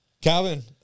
calvin